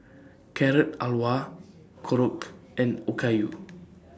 Carrot Halwa Korokke and Okayu